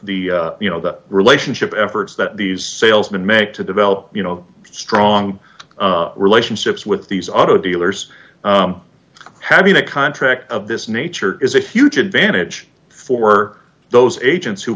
the you know the relationship efforts that these salesmen make to develop you know strong relationships with these auto dealers having a contract of this nature is a huge advantage for those agents who